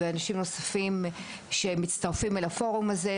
ואנשים נוספים שמצטרפים אל הפורום הזה.